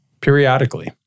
periodically